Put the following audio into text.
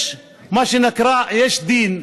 יש מה שנקרא "דין",